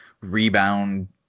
rebound